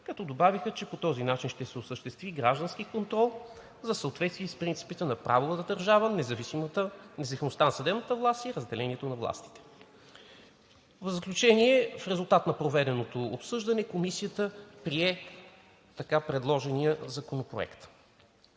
като добавиха, че по този начин ще се осигури граждански контрол в съответствие с принципите на правовата държава, независимостта на съдебната власт и разделението на властите. В заключение, в резултат на проведеното обсъждане Комисията прие така предложения законопроект.“